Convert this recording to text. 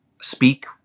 speak